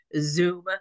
Zoom